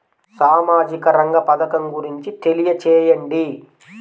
సామాజిక రంగ పథకం గురించి తెలియచేయండి?